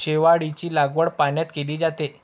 शेवाळाची लागवड पाण्यात केली जाते